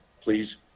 please